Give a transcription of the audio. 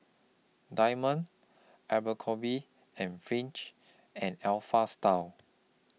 Diamond Abercrombie and Fitch and Alpha Style